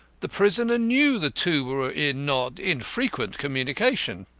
the prisoner knew the two were in not infrequent communication.